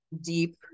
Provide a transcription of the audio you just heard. deep